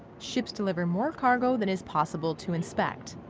ships deliver more cargo than is possible to inspect.